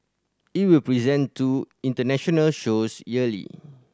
it will present two international shows yearly